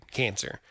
cancer